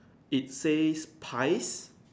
it says pies